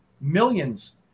millions